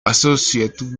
associated